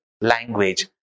language